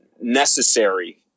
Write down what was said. necessary